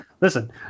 Listen